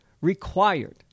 required